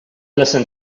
listen